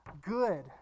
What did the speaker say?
good